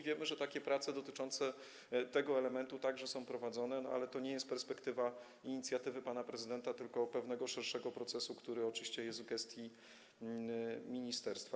Wiemy, że prace dotyczące tego elementu także są prowadzone, ale to nie jest perspektywa inicjatywy pana prezydenta, tylko pewnego szerszego procesu, który oczywiście jest w gestii ministerstwa.